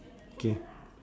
K